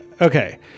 Okay